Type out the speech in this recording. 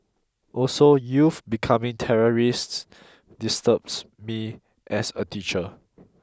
also youth becoming terrorists disturbs me as a teacher